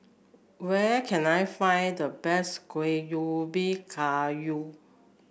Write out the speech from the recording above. where can I find the best Kuih Ubi Kayu